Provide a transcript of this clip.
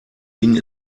ding